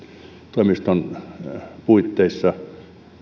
toimiston puitteissa